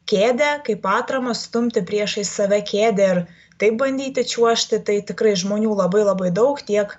kėdę kaip atramą stumti priešais save kėdę ir taip bandyti čiuožti tai tikrai žmonių labai labai daug tiek